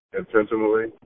intentionally